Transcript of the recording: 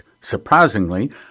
Surprisingly